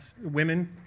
women